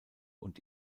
und